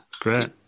great